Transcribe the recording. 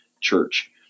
church